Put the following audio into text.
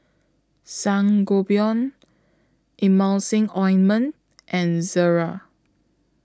Sangobion Emulsying Ointment and Ezerra